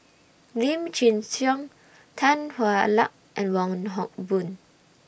Lim Chin Siong Tan Hwa Luck and Wong Hock Boon